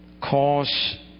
Cause